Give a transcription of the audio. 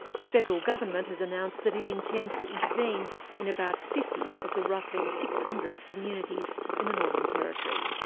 the federal government has announced that it intends to intervene in about fifty of the roughly six hundred communities in the northern territory.